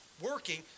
working